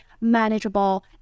manageable